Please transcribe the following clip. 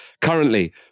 Currently